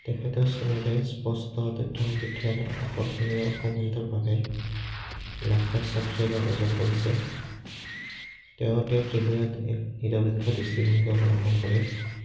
তেখেতৰ চেনেলে স্পষ্ট তথ্য সমৃদ্ধি আৰু আকৰ্ষণীয় কমেণ্টৰ বাবে লাখ লাখ ছাবস্ক্ৰাইবাৰ অৰ্জন কৰিছে তেওঁ টেক ৰিভিউত এক নিৰপেক্ষ দৃষ্টিভংগী অৱলম্বন কৰে